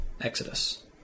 exodus